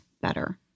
better